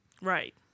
Right